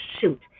Shoot